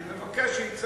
אני מבקש שיצלצלו.